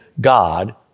God